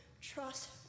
Trust